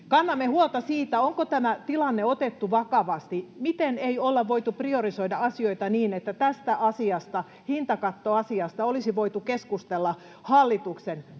Kannamme huolta siitä, onko tämä tilanne otettu vakavasti. Miten ei olla voitu priorisoida asioita niin, että tästä hintakattoasiasta olisi voitu keskustella hallituksen piirissä?